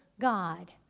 God